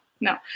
No